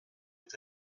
est